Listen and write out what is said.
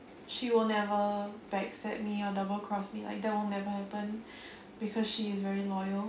she will never back stab me or double cross me like that will never happen because she is very loyal